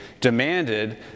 demanded